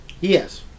Yes